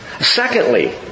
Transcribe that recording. Secondly